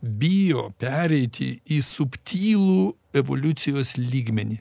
bijo pereiti į subtilų evoliucijos lygmenį